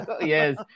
Yes